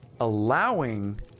Allowing